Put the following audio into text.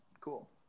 Cool